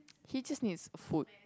he just needs a food